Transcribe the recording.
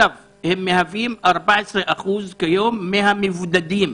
הרופאים בקהילה מהווים היום 14% מהמבודדים.